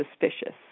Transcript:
suspicious